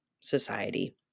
society